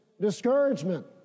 discouragement